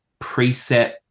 preset